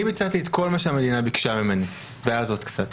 אני ביצעתי את כל מה שהמדינה ביקשה ממני ואז עוד קצת.